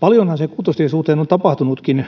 paljonhan sen kuutostien suhteen on tapahtunutkin